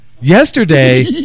yesterday